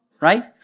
right